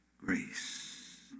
grace